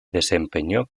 desempeñó